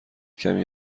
کمی